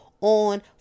on